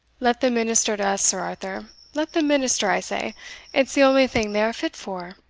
let them minister to us, sir arthur let them minister, i say it's the only thing they are fit for.